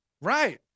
Right